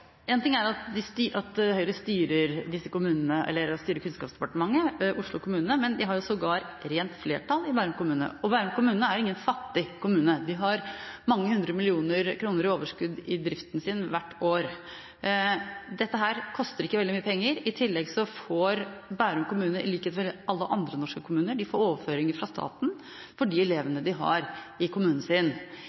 En ting er at Høyre styrer Kunnskapsdepartementet og Oslo kommune, men de har jo sågar rent flertall i Bærum kommune. Bærum kommune er ingen fattig kommune. De har mange hundre millioner kroner i overskudd i driften sin hvert år. Dette koster ikke veldig mye penger. I tillegg får Bærum kommune, i likhet med alle andre norske kommuner, overføringer fra staten for de elevene de har i kommunen sin.